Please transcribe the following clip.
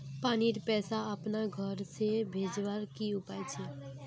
पानीर पैसा अपना घोर से भेजवार की उपाय छे?